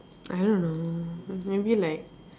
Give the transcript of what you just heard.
I don't know maybe like